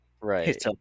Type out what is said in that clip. right